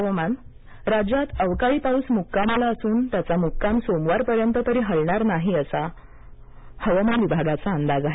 हवामान राज्यात अवकाळी पाऊस मुक्कामाला असून त्याचा मुक्काम सोमवारपर्यंत तरी हलणार नाही असा हवामान विभागाचा अंदाज आहे